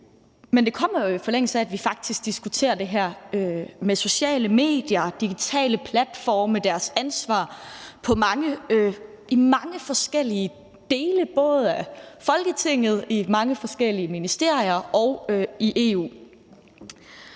en meget lang periode, at vi faktisk diskuterer det her med sociale medier, digitale platforme og deres ansvar i mange forskellige dele, både i Folketinget, i mange forskellige ministerier og i EU.